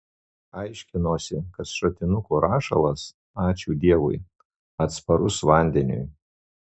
aiškinosi kad šratinuko rašalas ačiū dievui atsparus vandeniui